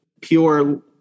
pure